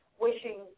wishing